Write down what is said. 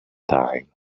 time